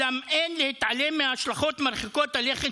אולם אין להתעלם מההשלכות מרחיקות הלכת